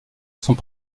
sont